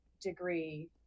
degree